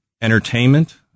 entertainment